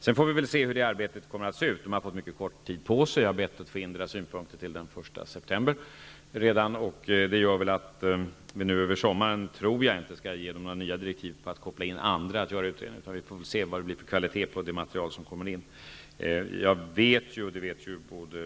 Sedan får vi se hur det arbetet ser ut. Man har fått mycket kort tid på sig. Jag har nämligen bett att få in synpunkter redan till den 1 september. Det gör att vi nog inte under sommaren skall komma med nya direktiv om att andra skall kopplas in för att göra utredningen. Vi får, som sagt, först se vad det blir för kvalitet på det material som kommer in.